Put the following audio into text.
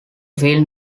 film